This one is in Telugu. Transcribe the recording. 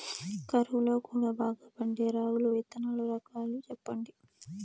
కరువు లో కూడా బాగా పండే రాగులు విత్తనాలు రకాలు చెప్పండి?